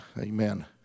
Amen